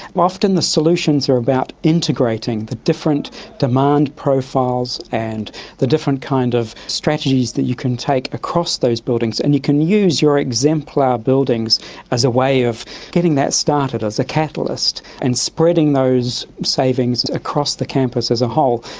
often the solutions are about integrating the different demand profiles and the different kind of strategies that you can take across those buildings, and you can use your exemplar buildings as a way of getting that started as a catalyst and spreading those savings across the campus as a whole.